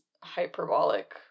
hyperbolic